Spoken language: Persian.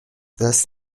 دست